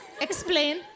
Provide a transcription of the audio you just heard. Explain